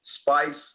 Spice